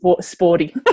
sporty